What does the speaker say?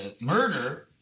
murder